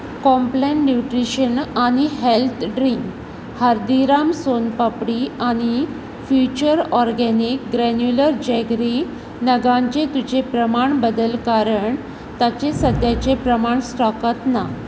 Complan nutrition आनी health drink Haldiram's son papdi आनी Future Organics granular jaggery नगांचें तुजें प्रमाण बदल कारण तांचे सद्याचे प्रमाण स्टॉकांत ना